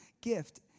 gift